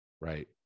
right